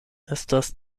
estas